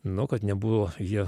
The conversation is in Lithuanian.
nu kad nebuvo jie